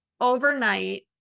overnight